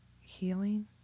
healing